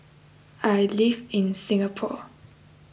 I live in Singapore